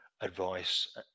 advice